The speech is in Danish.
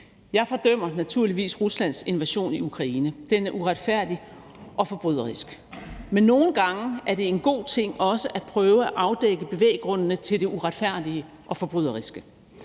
Jeg fordømmer naturligvis Ruslands invasion i Ukraine. Den er uretfærdig og forbryderisk. Men nogle gange er det en god ting også at prøve at afdække bevæggrundene til det uretfærdige og forbryderiske.